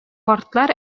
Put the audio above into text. картлар